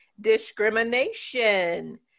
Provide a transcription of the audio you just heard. discrimination